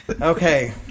Okay